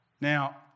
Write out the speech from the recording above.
Now